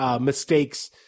mistakes